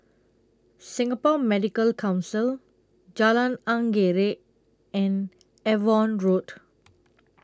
Singapore Medical Council Jalan Anggerek and Avon Road